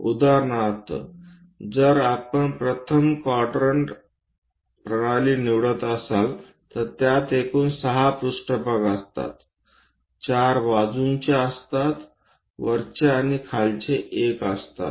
उदाहरणार्थ जर आपण प्रथम क्वाड्रंट प्रणाली निवडत असाल तर त्यात एकूण 6 पृष्ठभाग असतात 4 बाजूंचे असतात वरच्या आणि खालच्या 1 असतात